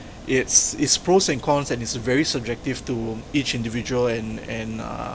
it's it's pros and cons and it's very subjective to each individual and and uh